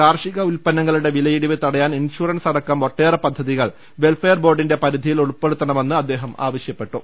കാർഷിക ഉൽപ്പനങ്ങളുടെ വില യിടിവ് തടയാൻ ഇൻഷുറൻസ് അടക്കം ഒട്ടേറേ പദ്ധതി കൾ വെൽഫെയർ ബോർഡിന്റെ പരിധിയിൽ ഉൾപ്പെടു ത്തണമെന്ന് അദ്ദേഹം ആവശ്യപ്പെട്ടു